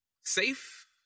safe